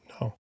No